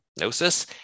gnosis